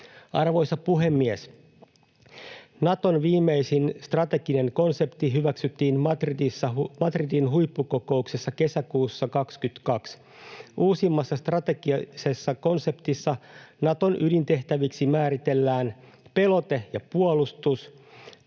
Arvoisa puhemies! Naton viimeisin strateginen konsepti hyväksyttiin Madridin huippukokouksessa kesäkuussa 22. Uusimmassa strategisessa konseptissa Naton ydintehtäviksi määritellään pelote ja puolustus,